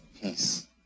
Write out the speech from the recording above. peace